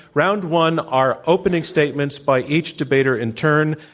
round one are opening statements by each debater in turn.